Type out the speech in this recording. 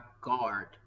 guard